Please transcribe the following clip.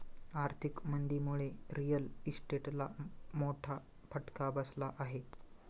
आर्थिक मंदीमुळे रिअल इस्टेटला मोठा फटका बसला आहे